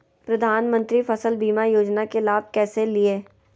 प्रधानमंत्री फसल बीमा योजना के लाभ कैसे लिये?